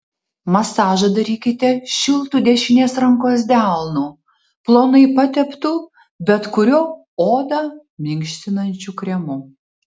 masažą darykite šiltu dešinės rankos delnu plonai pateptu bet kuriuo odą minkštinančiu kremu